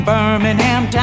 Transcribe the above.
Birmingham